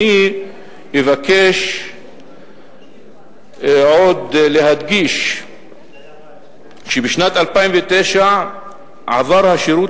אבקש עוד להדגיש שבשנת 2009 עבר השירות